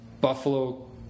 buffalo